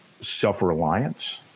self-reliance